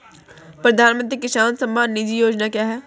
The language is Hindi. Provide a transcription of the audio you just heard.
प्रधानमंत्री किसान सम्मान निधि योजना क्या है?